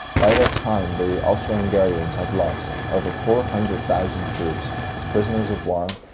by that time the austro-hungarians had lost over four-hundred-thousand troops as prisoners of war,